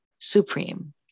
supreme